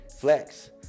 flex